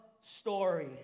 story